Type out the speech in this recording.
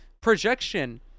projection